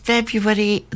February